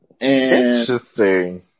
Interesting